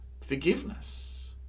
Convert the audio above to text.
Forgiveness